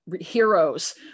heroes